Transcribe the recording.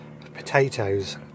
potatoes